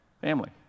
Family